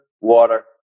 water